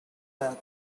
back